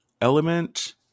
element